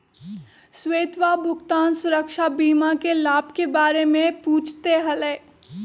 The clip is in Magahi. श्वेतवा भुगतान सुरक्षा बीमा के लाभ के बारे में पूछते हलय